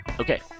Okay